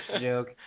joke